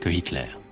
hitler